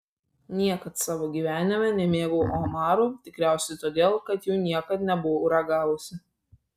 niekad savo gyvenime nemėgau omarų tikriausiai todėl kad jų niekad nebuvau ragavusi